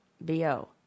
BO